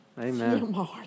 Amen